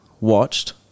watched